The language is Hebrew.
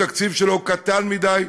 והתקציב שלו הוא קטן מדי.